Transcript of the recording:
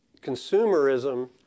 Consumerism